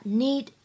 need